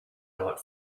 not